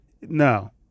No